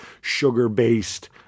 sugar-based